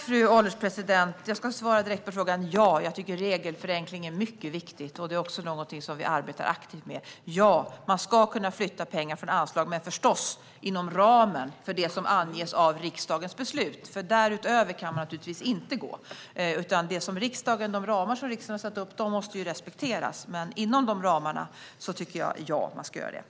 Fru ålderspresident! Jag ska svara direkt på frågan: Ja, jag tycker att regelförenkling är något mycket viktigt. Det är också något som vi arbetar aktivt med. Ja, man ska kunna flytta pengar från anslag men förstås inom ramen för det som anges av riksdagens beslut. Därutöver kan man naturligtvis inte gå, utan de ramar som riksdagen har satt upp måste respekteras. Men inom de ramarna tycker jag att man ska kunna göra det, ja.